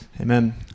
Amen